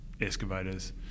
excavators